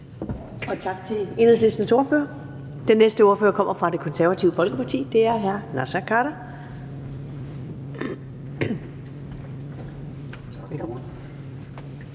Tak til Enhedslistens ordfører. Den næste ordfører kommer fra Det Konservative Folkeparti, og det er hr. Naser Khader.